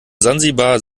sansibar